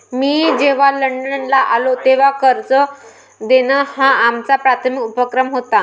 मी जेव्हा लंडनला आलो, तेव्हा कर्ज देणं हा आमचा प्राथमिक उपक्रम होता